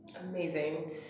Amazing